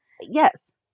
Yes